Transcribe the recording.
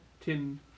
tin